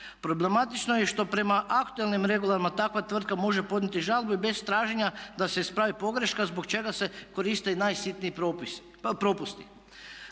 Problematično je što i prema aktualnim regulama takva tvrtka može podnijeti žalbu i bez traženja da se ispravi pogreška zbog čega se koriste i najsitniji propusti.